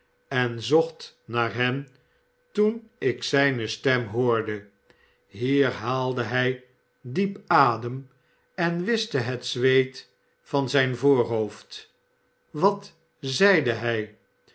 en zocht naar hen toen ik zijne stem hoorde hier haalde hij diep adem en wischte het zweet van zijn voorhoofd wat zeide hij